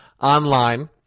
online